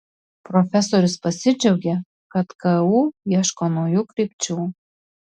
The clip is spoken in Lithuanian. profesorius pasidžiaugė kad ku ieško naujų krypčių